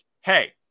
hey